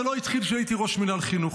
זה לא התחיל כשהייתי ראש מינהל חינוך.